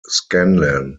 scanlan